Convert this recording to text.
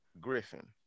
Griffin